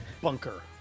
bunker